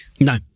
No